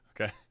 Okay